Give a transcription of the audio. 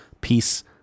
peace